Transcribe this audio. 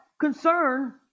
concern